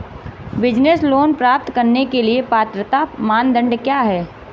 Business loan प्राप्त करने के लिए पात्रता मानदंड क्या हैं?